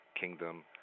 Kingdom